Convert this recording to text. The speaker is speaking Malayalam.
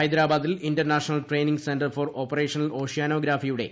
ഹൈദരാബാദിൽ international training centre for operational ഓഷ്യാനോഗ്രഫിയുടെ ഐ